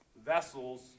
vessels